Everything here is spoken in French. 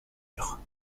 lire